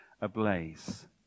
ablaze